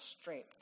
strength